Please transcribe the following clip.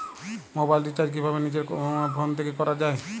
Mobile recharge কিভাবে নিজের phone থেকে করা য়ায়?